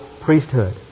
priesthood